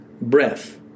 breath